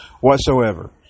whatsoever